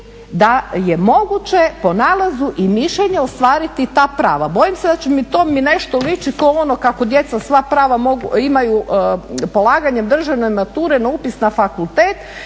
da je moguće po nalazu i mišljenju ostvariti ta prava. Bojim se da će, to mi nešto liči kao ono kako djeca sva prava imaju polaganjem državne mature na upis na fakultet.